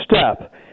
step